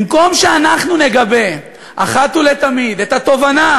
במקום שאנחנו נגבה אחת ולתמיד את התובנה